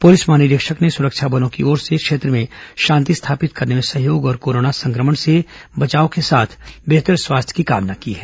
police महानिरीक्षक ने सुरक्षा बलों की ओर से क्षेत्र में शांति स्थापित करने में सहयोग तथा कोरोना संक्रमण से बचाव के साथ बेहतर स्वास्थ्य की कामना की है